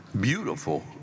beautiful